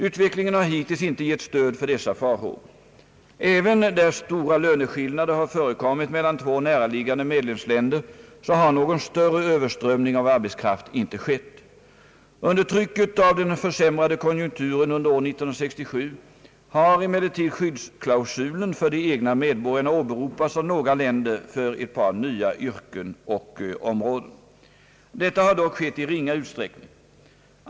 Utvecklingen har hittills inte gett stöd för dessa farhågor. Även där stora löneskillnader har förekommit mellan två näraliggande medlemsländer har någon större överströmning av arbetskraft inte skett. Under trycket av den försämrade konjunkturen under år 1967 har emellertid skyddsklausulen för de egna medborgarna åberopats av några länder för ett par nya yrken och områden. Detta har dock skett i ringa utsträckning.